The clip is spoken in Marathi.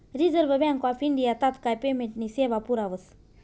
रिझर्व्ह बँक ऑफ इंडिया तात्काय पेमेंटनी सेवा पुरावस